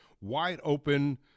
wide-open